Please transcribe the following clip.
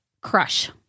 crush